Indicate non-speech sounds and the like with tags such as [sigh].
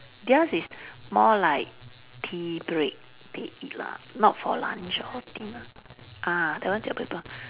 theirs is more like tea break they eat lah not for lunch or dinner ah that one jiak buay pa [laughs]